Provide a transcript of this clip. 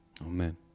Amen